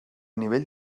nivell